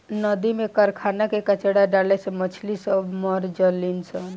नदी में कारखाना के कचड़ा डाले से मछली सब मर जली सन